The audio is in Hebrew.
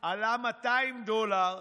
עלו 200 דולר,